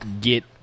get